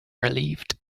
relieved